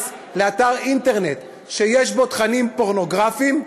לאתר אינטרנט שיש בו תכנים פורנוגרפיים,